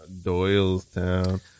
Doylestown